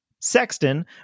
Sexton